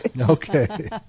Okay